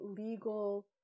legal